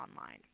online